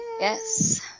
Yes